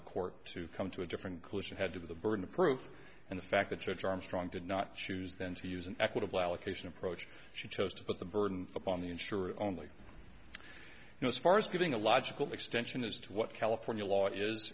the court to come to a different closure had to the burden of proof and the fact that such armstrong did not choose then to use an equitable allocation approach she chose to put the burden upon the insurer only and as far as giving a logical extension as to what california law is